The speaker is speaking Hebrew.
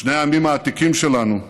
שני העמים העתיקים שלנו,